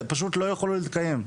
פשוט לא יכולות להתקיים.